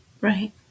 right